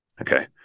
Okay